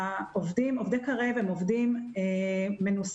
עובדי קרן קרב הם עובדים מנוסים,